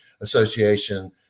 association